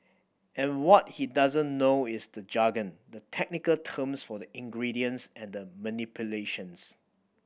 and what he doesn't know is the jargon the technical terms for the ingredients and the manipulations